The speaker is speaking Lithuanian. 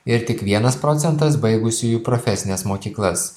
ir tik vienas procentas baigusiųjų profesines mokyklas